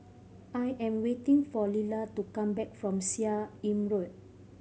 I am waiting for Lila to come back from Seah Im Road